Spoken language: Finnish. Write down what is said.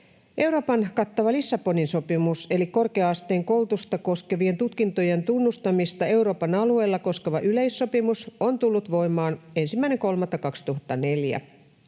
Euroopan kattava Lissabonin sopimus eli korkea-asteen koulutusta koskevien tutkintojen tunnustamista Euroopan alueella koskeva yleissopimus on tullut voimaan 1.3.2004.